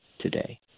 today